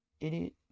Idiot